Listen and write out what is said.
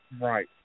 Right